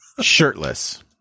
Shirtless